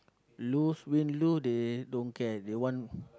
lose win lose they don't care they want